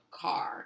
car